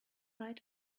right